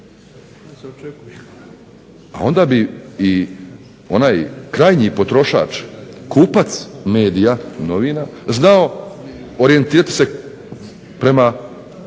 A onda bi i onaj krajnji potrošač, kupac medija, novina, znao orijentirati se prema